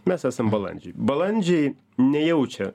mes esam balandžiai balandžiai nejaučia